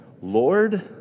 Lord